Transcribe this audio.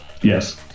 Yes